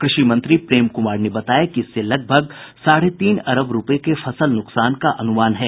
कृषि मंत्री प्रेम कुमार ने बताया कि इससे लगभग साढे तीन अरब रूपये के फसल नुकसान का अनुमान है